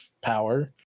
power